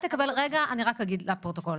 רגע, אני רק אגיד לפרוטוקול.